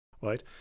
right